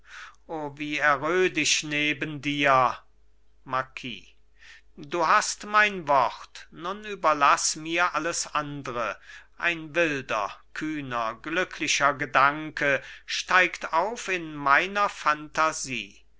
ich neben dir marquis du hast mein wort nun überlaß mir alles andre ein wilder kühner glücklicher gedanke steigt auf in meiner phantasie